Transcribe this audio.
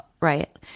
right